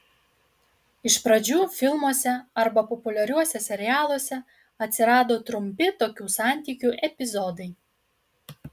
iš pradžių filmuose arba populiariuose serialuose atsirado trumpi tokių santykių epizodai